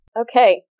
Okay